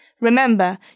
Remember